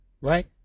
Right